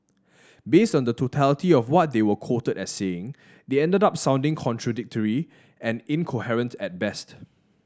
based on the totality of what they were quoted as saying they ended up sounding contradictory and incoherent at best